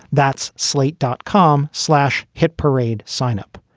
that's slate dot com. slash hit parade. sign up.